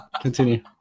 Continue